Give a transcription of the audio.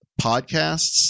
podcasts